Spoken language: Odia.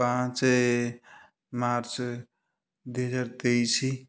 ପାଞ୍ଚେ ମାର୍ଚ୍ଚ ଦୁଇ ହଜାର ତେଇଶି